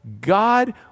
God